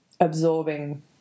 absorbing